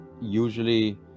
usually